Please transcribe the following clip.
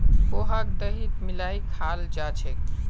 पोहाक दहीत मिलइ खाल जा छेक